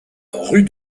rue